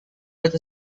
with